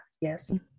yes